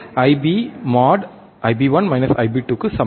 IB mode க்கு சமம்